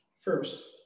First